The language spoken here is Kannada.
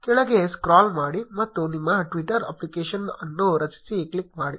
ಕೆಳಗೆ ಸ್ಕ್ರಾಲ್ ಮಾಡಿ ಮತ್ತು ನಿಮ್ಮ ಟ್ವಿಟರ್ ಅಪ್ಲಿಕೇಶನ್ ಅನ್ನು ರಚಿಸಿ ಕ್ಲಿಕ್ ಮಾಡಿ